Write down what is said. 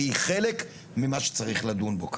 והיא חלק ממה שצריך לדון עליו כאן.